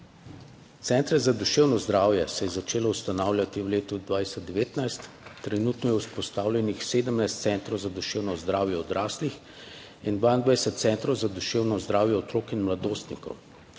Centre za duševno zdravje se je začelo ustanavljati v letu 2019, trenutno je vzpostavljenih 17 centrov za duševno zdravje odraslih in 22 centrov za duševno zdravje otrok in mladostnikov.